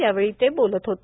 यावेळी ते बोलत होते